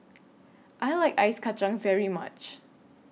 I like Ice Kacang very much